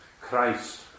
Christ